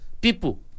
people